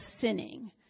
sinning